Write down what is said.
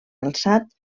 alçat